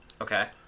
Okay